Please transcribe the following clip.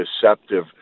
deceptive